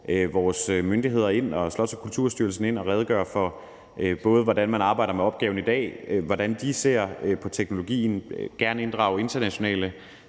vores myndigheder og Slots- og Kulturstyrelsen ind for at redegøre for, hvordan man arbejder med opgaven i dag, hvordan de ser på teknologien, og de må meget gerne inddrage internationale